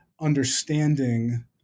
understanding